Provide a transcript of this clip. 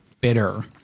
bitter